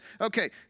okay